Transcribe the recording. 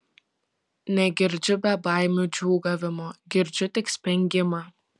negirdžiu bebaimių džiūgavimo girdžiu tik spengimą